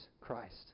Christ